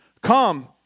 Come